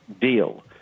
deal